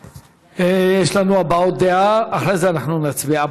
יש לנו הבעות דעה, ואחרי זה אנחנו נצביע.